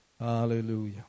Hallelujah